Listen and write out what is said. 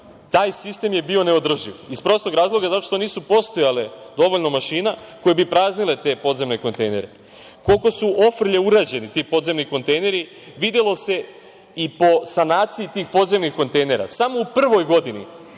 Taj sistem je bio neodrživ iz prostog razloga zato što nije postojalo dovoljno mašina koje bi praznile te podzemne kontejnere. Koliko su ofrlje urađeni ti podzemni kontejneri videlo se i po sanaciji tih podzemnih kontejnera. Samo u prvoj godini